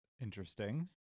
Interesting